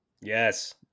Yes